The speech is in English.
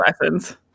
lessons